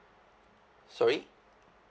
sorry